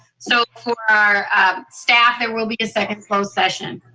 so for our staff, there will be a second closed session.